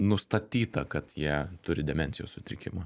nustatyta kad jie turi demencijos sutrikimą